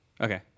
Okay